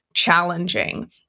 challenging